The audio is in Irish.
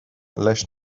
leis